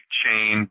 chain